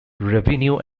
revenue